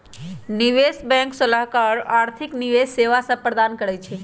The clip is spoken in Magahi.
निवेश बैंक सलाहकार आर्थिक निवेश सेवा सभ प्रदान करइ छै